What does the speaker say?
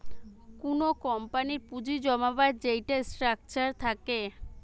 কুনো কোম্পানির পুঁজি জমাবার যেইটা স্ট্রাকচার থাকে